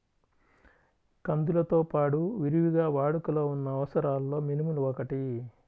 కందులతో పాడు విరివిగా వాడుకలో ఉన్న అపరాలలో మినుములు ఒకటి